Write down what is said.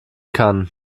kann